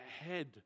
ahead